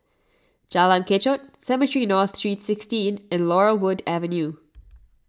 Jalan Kechot Cemetry North Saint sixteen and Laurel Wood Avenue